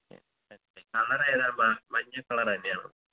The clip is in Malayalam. കളർ ഏതാണ് മ മഞ്ഞ കളർ തന്നെയാണോ